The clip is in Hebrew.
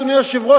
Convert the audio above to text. אדוני היושב-ראש,